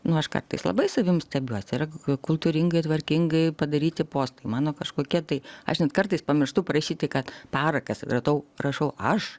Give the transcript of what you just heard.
nu aš kartais labai savim stebiuosi ar kultūringai tvarkingai padaryti postai mano kažkokia tai aš net kartais pamirštu parašyti kad parakas radau rašau aš